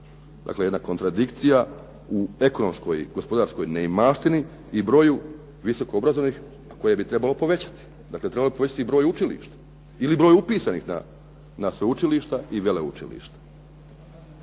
raskorak, jedna kontradikcija u ekonomskoj, gospodarskoj neimaštini i broju visoko obrazovanih a koje bi trebalo povećati. Dakle, trebalo bi povećati broj učilišta ili broj upisanih na sveučilišta i veleučilišta.